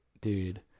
dude